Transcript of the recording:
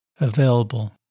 available